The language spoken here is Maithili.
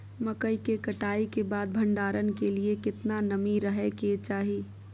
मकई के कटाई के बाद भंडारन के लिए केतना नमी रहै के चाही?